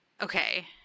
Okay